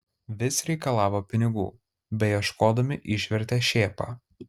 vis reikalavo pinigų beieškodami išvertė šėpą